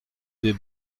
des